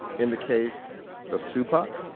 in the case of tupac,